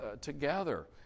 together